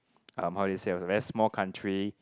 uh how do you say was very small country